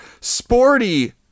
sporty